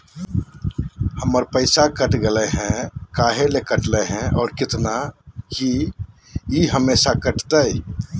हमर पैसा कट गेलै हैं, काहे ले काटले है और कितना, की ई हमेसा कटतय?